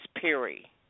Perry